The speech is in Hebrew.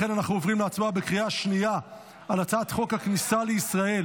לכן אנחנו עוברים להצבעה בקריאה השנייה על הצעת חוק הכניסה לישראל